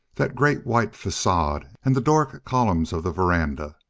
that great white facade and the doric columns of the veranda.